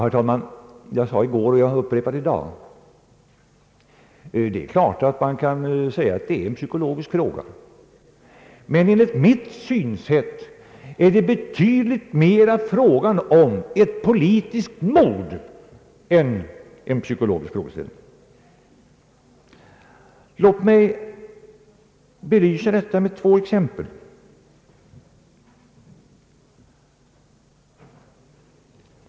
Herr talman, jag sade i går och upprepar i dag: Det är klart att man kan säga att det är en psykologisk fråga. Men enligt mitt synsätt är det betydligt mera en fråga om politiskt mod än en psykologisk frågeställning. Låt mig få belysa detta med två exempel.